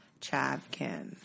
Chavkin